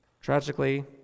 Tragically